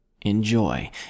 Enjoy